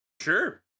Sure